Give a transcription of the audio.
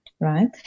Right